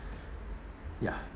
ya